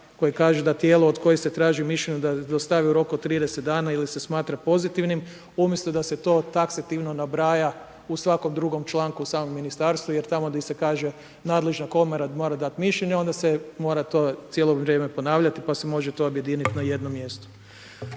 koji kaže, da tijelo koje se traži mišljenje da dostavi u roku od 30 dana ili se smatra pozitivnim, umjesto da se to taksativno nabraja u svakom drugom članku u samom ministarstvu, jer tamo di se kaže, nadležna komora mora dati mišljenje, onda se mora to cijelo vrijeme ponavljati, pa se može to objediniti na jedno mjesto.